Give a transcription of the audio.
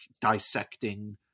dissecting